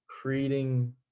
creating